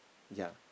ya